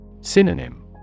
Synonym